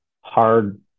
hard